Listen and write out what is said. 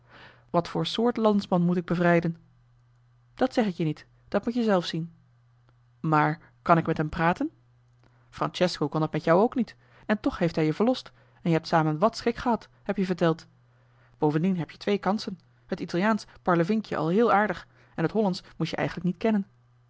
wat voor soort landsman moet ik bevrijden dat zeg ik je niet dat moet-je zelf zien maar kan ik met hem praten francesco kon dat met jou ook niet en toch heeft hij je verlost en je hebt samen wàt schik gehad heb-je verteld bovendien heb jij twee kansen het italiaansch parlevink je al heel aardig en t hollandsch moest je eigenlijk niet kennen